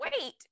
wait